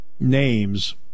Names